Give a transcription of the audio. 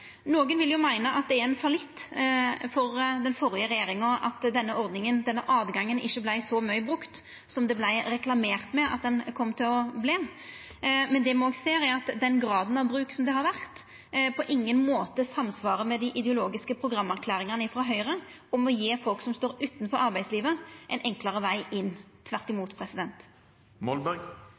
Nokon vil jo meine at det er ein fallitt for den førre regjeringa at denne ordninga, denne åtgangen, ikkje vart så mykje brukt som det vart reklamert med at ho kom til å verta. Det me òg ser, er at den graden av bruk som har vore, på ingen måte samsvarar med dei ideologiske programerklæringane frå Høgre om å gje folk som står utanfor arbeidslivet, ein enklare veg inn – tvert imot.